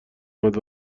اومد